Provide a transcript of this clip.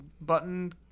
button